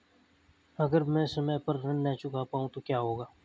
अगर म ैं समय पर ऋण न चुका पाउँ तो क्या होगा?